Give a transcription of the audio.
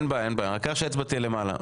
לא התקבלה.